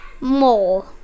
more